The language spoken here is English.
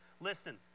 Listen